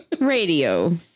Radio